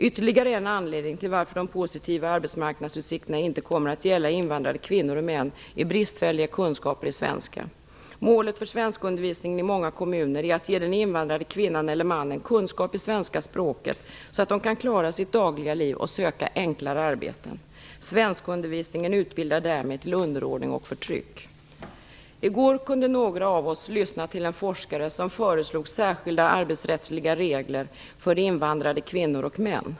Ytterligare en anledning till att de positiva arbetsmarknadsutsikterna inte kommer att gälla invandrade kvinnor och män är deras bristfälliga kunskaper i svenska. Målet för svenskundervisningen i många kommuner är att ge den invandrade kvinnan eller mannen sådan kunskap i svenska språket att de kan klara sitt dagliga liv och söka enklare arbeten. Svenskundervisningen utbildar därmed till underordning och förtryck. I går kunde några av oss lyssna till en forskare som föreslog särskilda arbetsrättsliga regler för invandrade kvinnor och män.